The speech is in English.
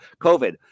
COVID